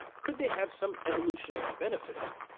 could they have some evolutionary benefit?